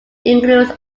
includes